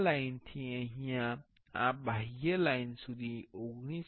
આ લાઇન થી આ બાહ્ય લાઇન સુધી 19